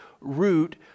root